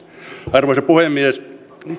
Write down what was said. arvoisa puhemies